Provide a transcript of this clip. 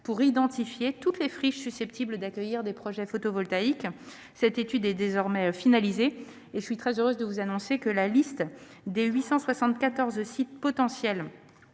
pour identifier toutes les friches susceptibles d'accueillir des projets photovoltaïques. Cette étude est désormais finalisée. Je suis très heureuse de vous annoncer que la liste des 874 sites potentiels,